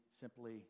simply